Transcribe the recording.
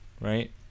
right